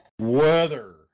Weather